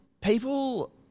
people